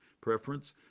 preference